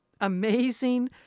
amazing